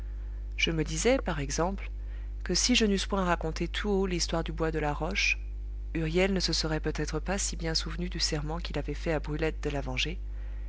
je me disais par exemple que si je n'eusse point raconté tout haut l'histoire du bois de la roche huriel ne se serait peut-être pas si bien souvenu du serment qu'il avait fait à brulette de la venger